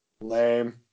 Lame